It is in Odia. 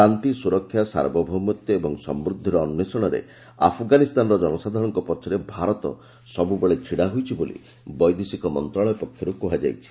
ଶାନ୍ତି ସୁରକ୍ଷା ସାର୍ବଭୌମତ୍ୱ ଓ ସମୃଦ୍ଧିର ଅନ୍ୱେଷଣରେ ଆଫଗାନିସ୍ତାନର ଜନସାଧାରଣଙ୍କ ପଛରେ ଭାରତ ସବୁବେଳେ ଛିଡ଼ା ହୋଇଛି ବୋଲି ବୈଦେଶିକ ମନ୍ତ୍ରଣାଳୟ ପକ୍ଷରୁ କୁହାଯାଇଛି